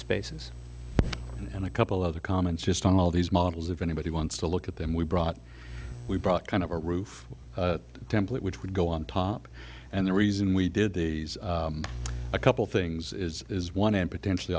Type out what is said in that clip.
spaces and a couple other comments just on all these models if anybody wants to look at them we brought we brought kind of a roof template which would go on top and the reason we did these a couple things is is one end potentially